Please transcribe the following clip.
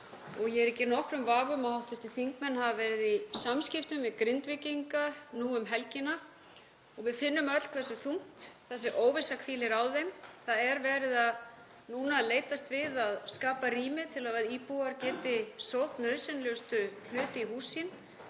Ég er ekki í nokkrum vafa um að hv. þingmenn hafa verið í samskiptum við Grindvíkinga nú um helgina og við finnum öll hversu þungt þessi óvissa hvílir á þeim. Það er núna verið að leitast við að skapa rými til að íbúar geti sótt nauðsynlegustu hluti í húsi